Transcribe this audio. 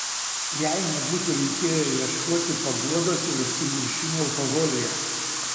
jai nebūtų reikėję ieškoti paguodos ir užsimiršimo alkoholyje